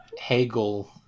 Hegel